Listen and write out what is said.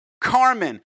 Carmen